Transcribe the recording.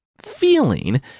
feeling